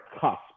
cusp